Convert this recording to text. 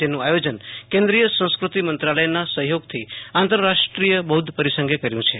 જેનુ આયોજન કેન્દ્રિય મત્રાલયના સહયોગથી આંતરરાષ્ટ્રીય બૌધ્ધ પરિસંગે કયું છે